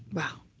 wow.